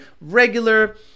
regular